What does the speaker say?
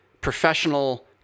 professional